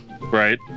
right